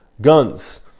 guns